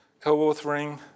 Co-authoring